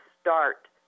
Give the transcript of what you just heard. start